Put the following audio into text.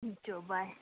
ꯎꯝ ꯆꯣ ꯕꯥꯏ